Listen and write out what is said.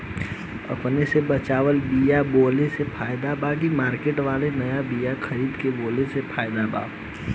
अपने से बचवाल बीया बोये मे फायदा बा की मार्केट वाला नया बीया खरीद के बोये मे फायदा बा?